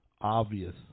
obvious